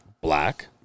black